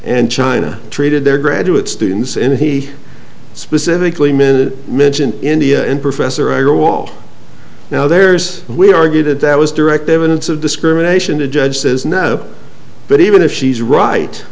and china treated their graduate students and he specifically minute mention india and professor ira was now there's we argued that was direct evidence of discrimination the judge says no but even if she's right